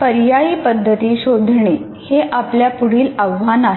पर्यायी पद्धती शोधणे हे आपल्या पुढील आव्हान आहे